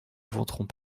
voterons